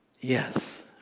Yes